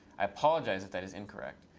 i apologize if that is incorrect.